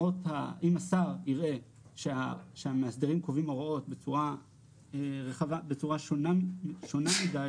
אם השר יראה שהמאסדרים קובעים הוראות בצורה שונה מידי